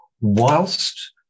whilst